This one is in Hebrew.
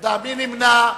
מי נמנע?